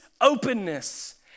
openness